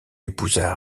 épousa